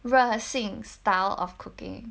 热性 style of cooking